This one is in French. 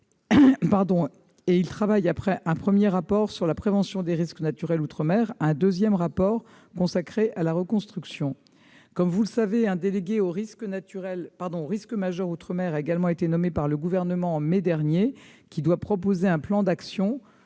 il travaille, après un premier rapport sur la prévention des risques naturels outre-mer, à un deuxième rapport consacré à la reconstruction. Comme vous le savez, un délégué interministériel aux risques majeurs outre-mer a également été nommé par le Gouvernement en mai dernier. Il doit proposer un plan d'action,